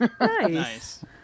Nice